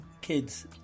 kids